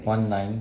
one nine